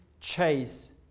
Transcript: chase